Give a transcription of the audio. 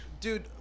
Dude